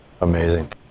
Amazing